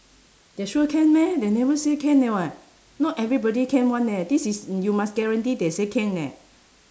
they sure can meh they never say can eh [what] not everybody can one eh this is you must guarantee they say can leh